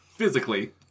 Physically